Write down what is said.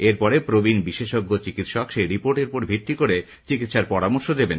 এরপরে প্রবীন বিশেষজ্ঞ চিকিৎসক সেই রিপোর্টের উপর ভিত্তি করে চিকিৎসার পরামর্শ দেবেন